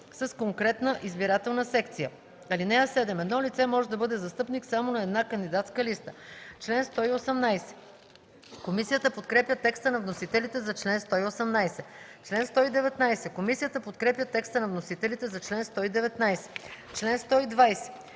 с конкретна избирателна секция. (7) Едно лице може да бъде застъпник само на една кандидатска листа.” Комисията подкрепя текста на вносителите за чл. 118. Комисията подкрепя текста на вносителите за чл. 119. Комисията